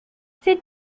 sit